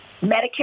Medicare